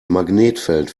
magnetfeld